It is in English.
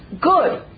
Good